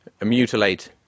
mutilate